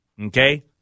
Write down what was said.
Okay